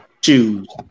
choose